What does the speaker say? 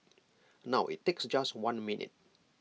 now IT takes just one minute